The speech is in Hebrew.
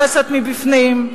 נהרסת מבפנים.